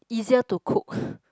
easier to cook